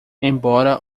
embora